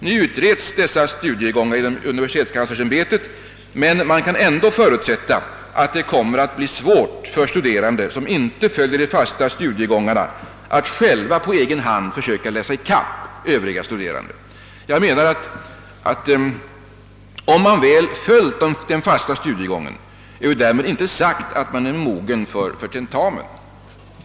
Nu utreds frågan om dessa studiegångar av universitetskanslersämbetet, men det kommer säkerligen ändå att bli svårt för de studerande som inte följer de fasta studiegångarna att på egen hand läsa ikapp övriga studerande. Och även om man följt den fasta studiegången är därmed inte sagt att man är mogen för tentamen.